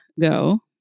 go